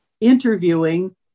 interviewing